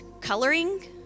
coloring